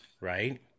right